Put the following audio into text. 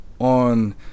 on